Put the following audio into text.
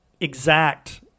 exact